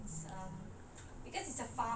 oh ya that's fun